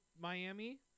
Miami